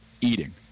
eating